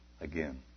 again